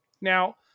now